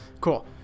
Cool